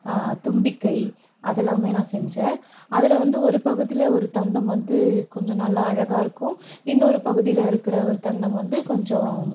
தும்பிக்கை அதெல்லாமே நான் செஞ்சேன் அதில் வந்து ஒரு பகுதியில் ஒரு தந்தம் வந்து கொஞ்சம் நல்லா அழகாக இருக்கும் இன்னொரு பகுதியில் இருக்கிற ஒரு தந்தம் வந்து கொஞ்சம்